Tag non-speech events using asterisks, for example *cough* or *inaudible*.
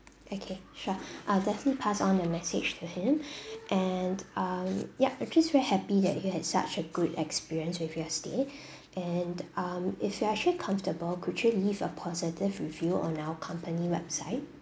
okay sure I'll definitely pass on the message to him *breath* and um yup we're just very happy that you had such a good experience with your stay and um if you're actually comfortable could you leave a positive review on our company website